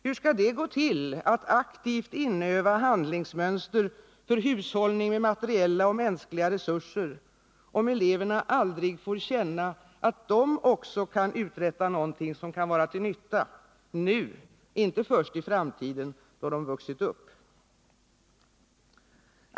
Hur skall det gå till att aktivt inöva handlingsmönster för hushållning med materiella och mänskliga resurser, om eleverna aldrig får känna att de också kan uträtta något som kan vara till nytta — nu, inte först i framtiden, då de vuxit upp?